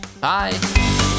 Bye